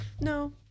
no